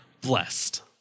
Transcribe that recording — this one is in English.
blessed